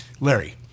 Larry